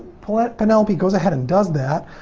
paulette, penelope goes ahead and does that.